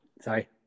Sorry